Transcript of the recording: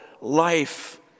life